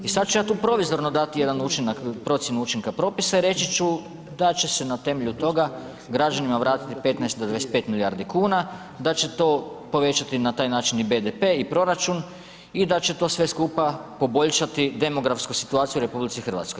I sada ću ja tu provizorno dati jednu procjenu učinka propisa i reći ću da će se na temelju toga građanima vratiti 15 do 25 milijardi kuna, da će to povećati na taj način i BDP i proračun i da će sve to skupa poboljšati demografsku situaciju u RH.